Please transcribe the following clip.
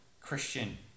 Christian